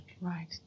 right